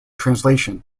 translation